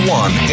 one